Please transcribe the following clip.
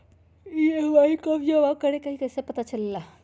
EMI कव जमा करेके हई कैसे पता चलेला?